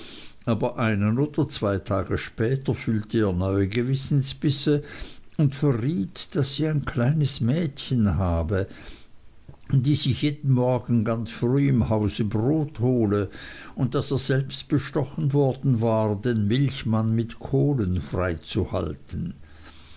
aber einen oder zwei tage später fühlte er neue gewissensbisse und verriet daß sie ein kleines mädchen habe die sich jeden morgen ganz früh im hause brot hole und daß er selbst bestochen worden war den milchmann mit kohlen